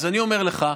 אז אני אומר לך,